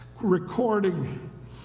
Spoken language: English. recording